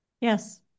Yes